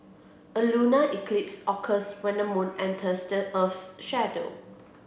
a lunar eclipse occurs when the moon enters the earth's shadow